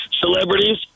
celebrities